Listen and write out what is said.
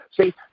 See